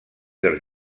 dels